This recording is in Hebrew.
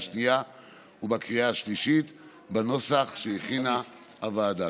השנייה ובקריאה השלישית בנוסח שהכינה הוועדה.